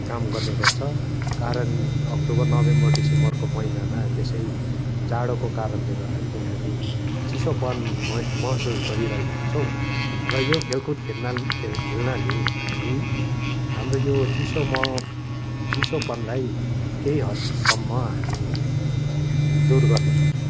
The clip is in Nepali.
काम गर्ने गर्छ कारण अक्टोबर नोभेम्बर डिसम्बरको महिनामा त्यसै जाडोको कारणले गर्दाखेरि हामी चिसोपन मै महसुस गरिरहेको हुन्छौँ र यो खेलकुद खेल्ना खेल्नाले हामी हाम्रो यो चिसो मह चिसोपनलाई केही हदसम्म हामी दूर गर्न सक्छौँ